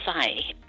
say